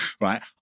right